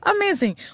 Amazing